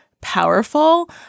powerful